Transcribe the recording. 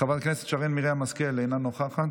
חברת הכנסת דבי ביטון, אינה נוכחת,